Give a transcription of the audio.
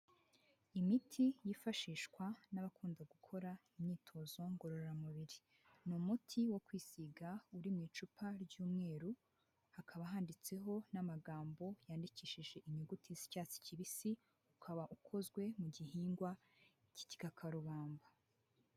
Imiti yifashishwa n'abakunda gukora imyitozo ngororamubiri, ni umuti wo kwisiga uri mu icupa ry'umweru, hakaba handitseho n'amagambo yandikishije inyuguti z'icyatsi kibisi, ukaba ukozwe mu gihingwa cy'igikakarubamba.